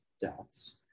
deaths